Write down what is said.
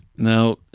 Now